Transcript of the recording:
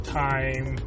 time